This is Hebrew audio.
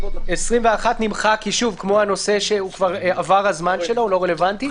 נמחק כי עבר הזמן שלו והוא לא רלוונטי.